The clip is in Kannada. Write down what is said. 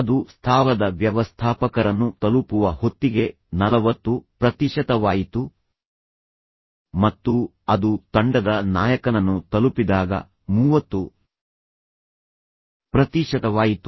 ಅದು ಸ್ಥಾವರದ ವ್ಯವಸ್ಥಾಪಕರನ್ನು ತಲುಪುವ ಹೊತ್ತಿಗೆ ನಲವತ್ತು ಪ್ರತಿಶತವಾಯಿತು ಮತ್ತು ಅದು ತಂಡದ ನಾಯಕನನ್ನು ತಲುಪಿದಾಗ ಮೂವತ್ತು ಪ್ರತಿಶತವಾಯಿತು